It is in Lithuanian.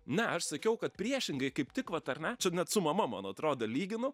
ne aš sakiau kad priešingai kaip tik vat ar ne čia net su mama man atrodo lyginau